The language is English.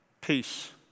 peace